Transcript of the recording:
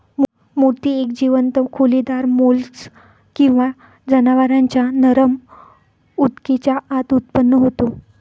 मोती एक जीवंत खोलीदार मोल्स्क किंवा जनावरांच्या नरम ऊतकेच्या आत उत्पन्न होतो